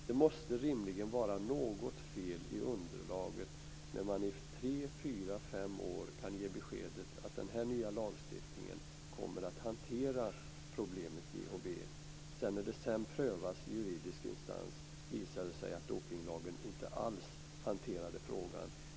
Det måste rimligen vara något fel i underlaget när man i tre, fyra, fem år kan ge beskedet att den nya lagstiftningen kommer att hantera problemet GHB. När det sedan prövas i juridisk instans visar det sig att dopningslagen inte alls hanterar frågan.